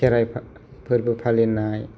खेराइ फोरबो फालिनाय